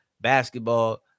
basketball